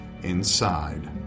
inside